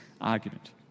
argument